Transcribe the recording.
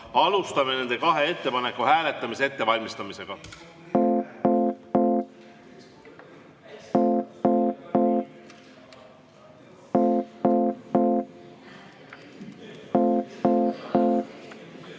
Alustame nende kahe ettepaneku hääletamise ettevalmistamist. Head